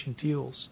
fuels